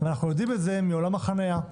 אנחנו יודעים את זה מעולם החניה.